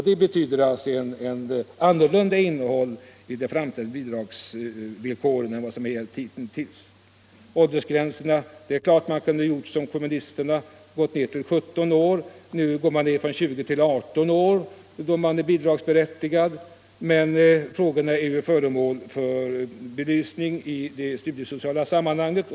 Det betyder ett annat innehåll i de framtida bidragsvillkoren jämfört med vad som har gällt hittills. När det gäller åldersgränsen är det klart att man kunde ha gjort som kommunisterna och sänkt den till 17 år. Nu har man gått ner från 20 till 18 år som den undre gräns då man blir bidragsberättigad. Men frågorna är föremål för belysning i det studiesociala sammanhanget.